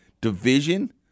division